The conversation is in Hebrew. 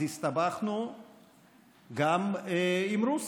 אז הסתבכנו גם עם רוסיה,